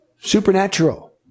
supernatural